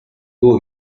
duo